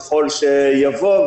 ככל שיבוא,